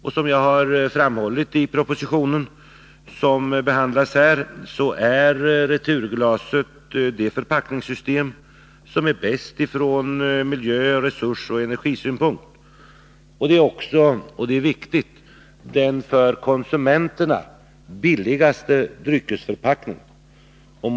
Såsom jag framhållit i den proposition som behandlas här är returglaset det förpackningssystem som är bäst från miljö-, resursoch energisynpunkt. Det är också — och det är viktigt — den för konsumenterna billigaste dryckesförpackningen.